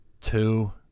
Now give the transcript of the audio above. two